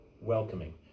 welcoming